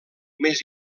més